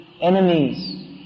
enemies